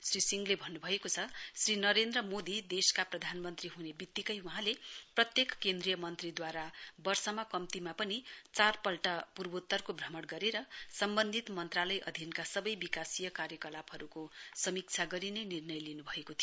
श्री सिंहले भन्न्भएको छ श्री नरेन्द्र मोदी देशका प्रधानमन्त्री हने वितिकै वहाँले प्रत्येक केन्द्रीय मन्त्रीद्वारा वर्षमा कम्तीमा पनि चार पल्ट पूर्वोत्तरको श्रमण गरेर सम्वन्धित मन्त्रालय अधीनका सबै विकासीय कार्यकलापहरूको समीक्षा गरिने निर्णय लिन्भएको थियो